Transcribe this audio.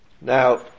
Now